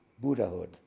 Buddhahood